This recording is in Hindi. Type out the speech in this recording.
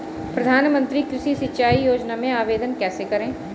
प्रधानमंत्री कृषि सिंचाई योजना में आवेदन कैसे करें?